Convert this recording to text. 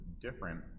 different